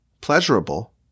pleasurable